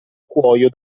cuoio